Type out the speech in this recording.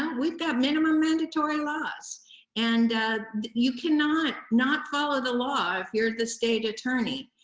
we've got minimum mandatory laws and you cannot not follow the law if you're the state attorney.